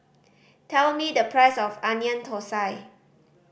tell me the price of Onion Thosai